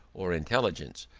or intelligence,